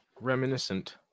reminiscent